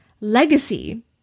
legacy